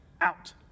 Out